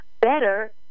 better